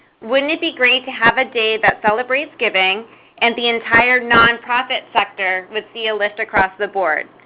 wouldn't it be great to have a day that celebrates giving and the entire nonprofit sector would see a lift across the board.